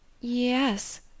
Yes